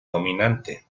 dominante